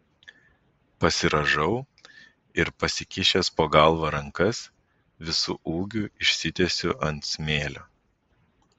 pasirąžau ir pasikišęs po galva rankas visu ūgiu išsitiesiu ant smėlio